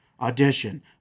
audition